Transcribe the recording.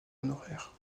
honoraires